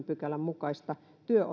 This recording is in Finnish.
pykälän mukaista